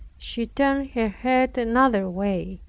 she turned her head another way.